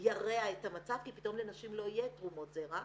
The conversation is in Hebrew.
ירע את המצב כי פתאום לנשים לא יהיה תרומות זרע,